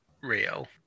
real